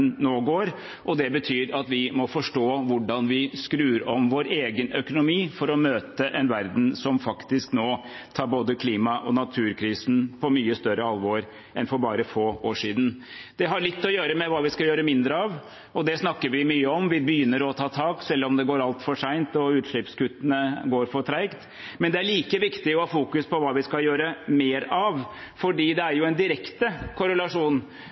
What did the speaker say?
nå går, og det betyr at vi må forstå hvordan vi skrur om vår egen økonomi for å møte en verden som faktisk nå tar både klima- og naturkrisen på mye større alvor enn for bare få år siden. Det har litt å gjøre med hva vi skal gjøre mindre av, og det snakker vi mye om. Vi begynner å ta tak, selv om det går altfor sent og utslippskuttene går for tregt, men det er like viktig å fokusere på hva vi skal gjøre mer av, for det er jo en direkte korrelasjon